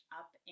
up